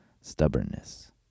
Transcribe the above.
stubbornness